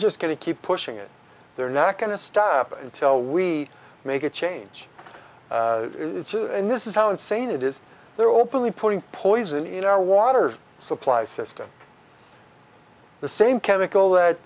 just going to keep pushing it they're not going to stop until we make a change and this is how insane it is they're openly putting poison in our water supply system the same chemical that